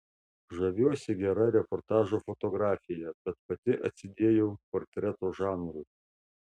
žaviuosi gera reportažo fotografija bet pati atsidėjau portreto žanrui